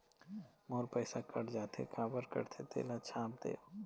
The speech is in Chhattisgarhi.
मोर पैसा कट जाथे काबर कटथे तेला छाप देव?